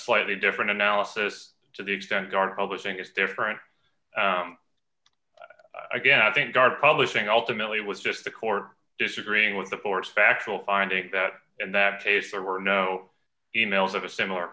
slightly different analysis to the extent dark publishing is different again i think our publishing ultimately it was just the court disagreeing with the board's factual findings that in that case there were no e mails of a similar